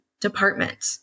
department